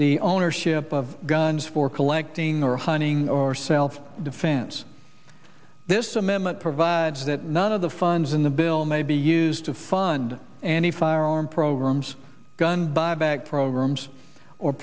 the ownership of guns for collecting or hunting or sell defense this amendment provides that none of the funds in the bill may be used to fund any firearm programs gun buyback programs or